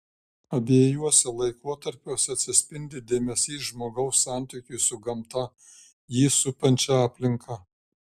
abiejuose laikotarpiuose atsispindi dėmesys žmogaus santykiui su gamta jį supančia aplinka